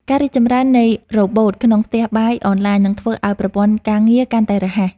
ការរីកចម្រើននៃរ៉ូបូតក្នុងផ្ទះបាយអនឡាញ នឹងធ្វើឱ្យប្រព័ន្ធការងារកាន់តែរហ័ស។